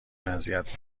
اذیت